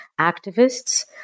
activists